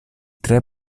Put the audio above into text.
tre